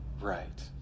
Right